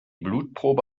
blutprobe